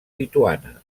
lituana